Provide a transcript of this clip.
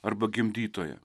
arba gimdytoja